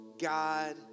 God